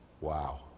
Wow